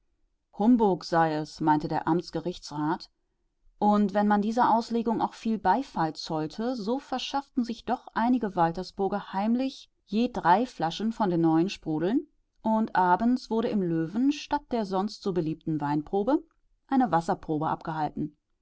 humbug sei es meinte der amtsgerichtsrat und wenn man dieser auslegung auch viel beifall zollte so verschafften sich doch einige waltersburger heimlich je drei flaschen von den neuen sprudeln und abends wurde im löwen statt der sonst so beliebten weinprobe eine wasserprobe abgehalten